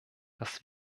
das